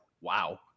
wow